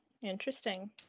interesting